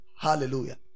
Hallelujah